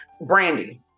Brandy